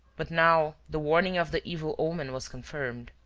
but now the warning of the evil omen was confirmed.